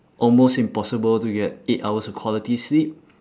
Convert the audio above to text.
almost impossible to get eight hours of quality sleep